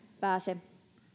pääse